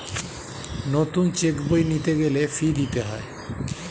নতুন চেক বই নিতে গেলে ফি দিতে হয়